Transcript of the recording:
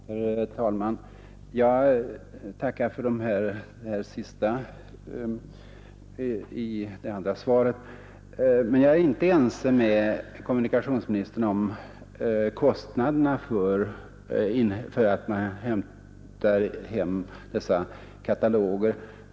Herr talman! Jag tackar för upplysningarna i det senaste inlägget, men jag är inte överens med kommunikationsministern om kostnaderna för hämtning av dessa kataloger.